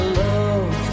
love